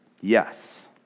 Yes